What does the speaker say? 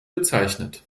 bezeichnet